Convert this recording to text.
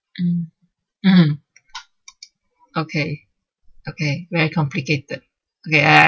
mm mm okay okay very complicated okay I